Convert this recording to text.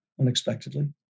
unexpectedly